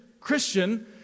Christian